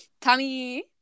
Tommy